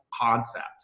concept